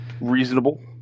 reasonable